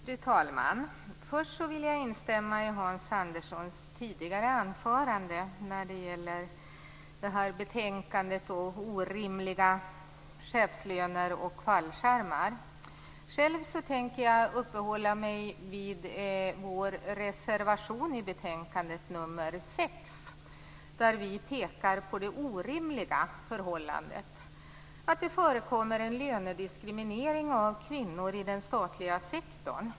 Fru talman! Jag vill först instämma i Hans Anderssons anförande med anledning av det här betänkandet om orimliga chefslöner och fallskärmar. Jag tänker själv uppehålla mig vid reservation nr 6, där vi pekar på det orimliga förhållandet att det förekommer en lönediskriminering av kvinnor inom den statliga sektorn.